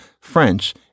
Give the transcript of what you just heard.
French